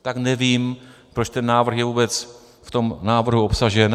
Tak nevím, proč ten návrh je vůbec v tom návrhu obsažen.